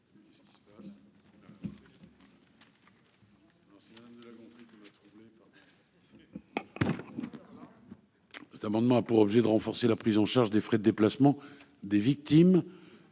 Cet amendement a pour objet d'accroître la prise en charge des frais de déplacement des victimes